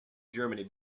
germany